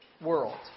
world